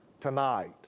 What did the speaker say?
tonight